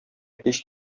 һич